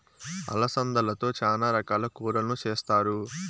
అలసందలతో చానా రకాల కూరలను చేస్తారు